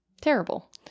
terrible